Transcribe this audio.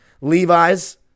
Levi's